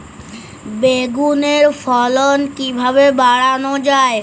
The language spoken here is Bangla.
বেগুনের ফলন কিভাবে বাড়ানো যায়?